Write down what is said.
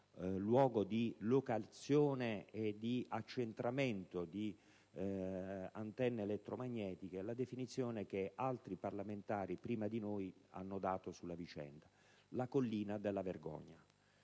luogo di locazione e di accentramento di antenne elettromagnetiche - altri parlamentari prima di noi hanno dato: la collina della vergogna.